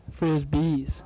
frisbees